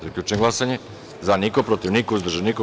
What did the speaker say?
Zaključujem glasanje: za – jedan, protiv – niko, uzdržan – niko.